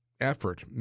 effort